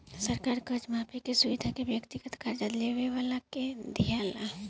सरकार से कर्जा माफी के सुविधा भी व्यक्तिगत कर्जा लेवे वाला के दीआला